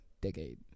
decade